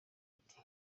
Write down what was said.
ati